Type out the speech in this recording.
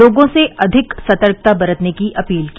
लोगों से अधिक सतर्कता बरतने की अपील की